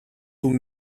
του